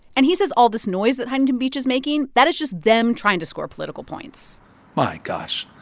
and he says all this noise that huntington beach is making, that is just them trying to score political points my gosh.